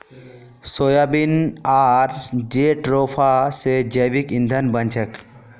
soybean आर jatropha स जैविक ईंधन बन छेक